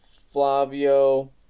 Flavio